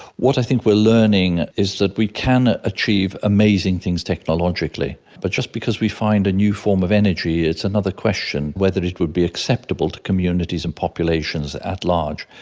what i think we are learning is that we can achieve amazing things technologically. but just because we find a new form of energy, it's another question whether it would be acceptable to communities and populations at large,